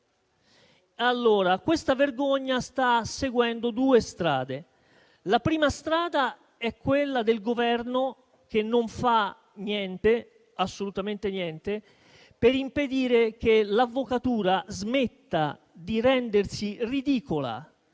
Questa vergogna sta seguendo due strade, la prima delle quali è quella del Governo che non fa assolutamente niente per impedire che l'Avvocatura smetta di rendersi ridicola